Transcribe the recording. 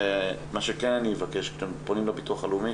מה שכן, אני אבקש שכשאתם פונים לביטוח לאומי